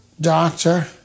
Doctor